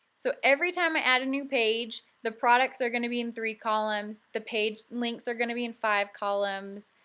so every time i add a new page the products are going to be in three columns, the page links are going to be in five columns,